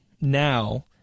now